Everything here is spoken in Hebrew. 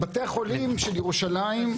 בתי החולים של ירושלים,